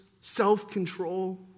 self-control